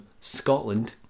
Scotland